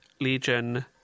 Legion